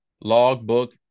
Logbook